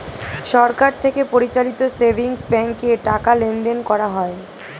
সরকার থেকে পরিচালিত সেভিংস ব্যাঙ্কে টাকা লেনদেন করা হয়